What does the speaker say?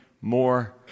more